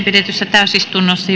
pidetyssä täysistunnossa